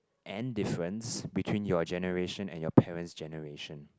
and difference between your generation and your parent's generation